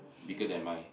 bigger than mine